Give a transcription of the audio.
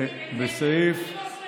בגללך אני מסכים עם הנדל.